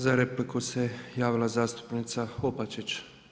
Za repliku se javila zastupnica Opačić.